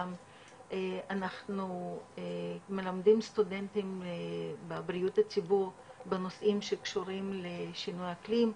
אנחנו מלמדים סטודנטים בבריאות הציבור בנושאים שקשורים לשינויי האקלים,